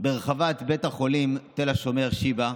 ברחבת בית החולים תל השומר שיבא,